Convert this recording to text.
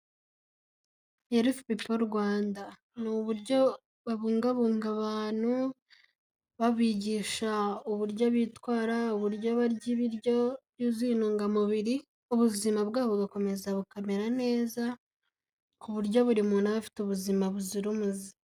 herfpp rwanda ni uburyo babungabunga abantu babigisha uburyo bitwararya barya ibiryo byuzuye intungamubiri ubuzima bwabo bugakomeza bukamera neza ku buryo buri muntu aba afite ubuzima buzira umuze